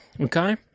Okay